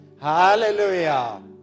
Hallelujah